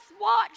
watch